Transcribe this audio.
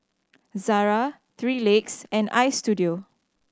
Zara Three Legs and Istudio